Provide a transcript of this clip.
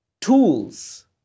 tools